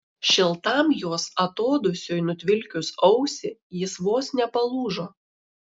šiltam jos atodūsiui nutvilkius ausį jis vos nepalūžo